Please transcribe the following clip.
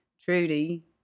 Trudy